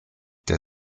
der